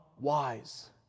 wise